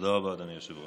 תודה רבה, אדוני היושב-ראש.